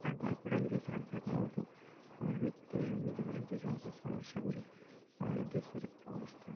আর গল্পটা লিখেছিলাম সাধারণত আমাদের দৈনন্দিন জীবনের যে সমস্ত সমস্যাগুলি আমাদের দেশের অবস্থা